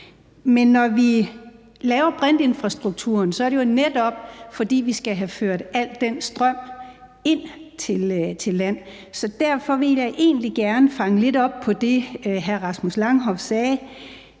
men når vi laver brintinfrastrukturen, er det jo netop, fordi vi skal have ført al den strøm ind til land. Derfor vil jeg egentlig gerne følge lidt op på det, hr. Rasmus Horn Langhoff sagde,